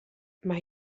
mae